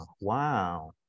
wow